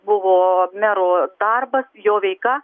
buvo mero darbas jo veika